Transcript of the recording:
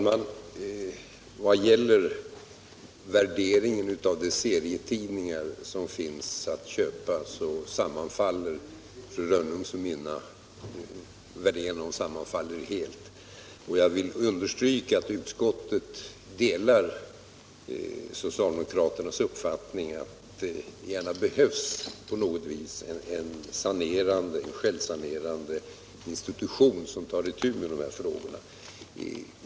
Herr talman! När det gäller de serietidningar som finns att köpa sammanfaller fru Rönnungs och mina värderingar helt. Jag vill understryka att utskottet delar socialdemokraternas uppfattning att det behövs en självsanerande institution som tar itu med dessa frågor.